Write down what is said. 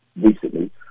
recently